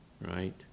right